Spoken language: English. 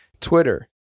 Twitter